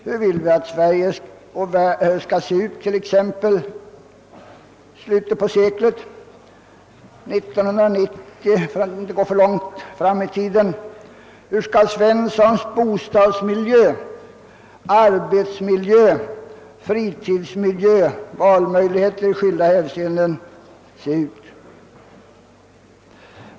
Hur vill vi att Sverige skall se ut t.ex. i slutet av seklet, år 1990, för att inte gå alltför långt fram i tiden? Hur skall Svenssons bostadsmiljö, arbetsmiljö, fritidsmiljö och valmöjligheter i skilda hänseenden se ut?